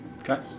Okay